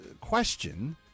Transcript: question